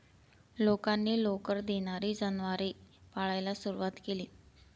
लोकांनी लोकर देणारी जनावरे पाळायला सुरवात केली